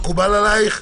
מקובל עלייך?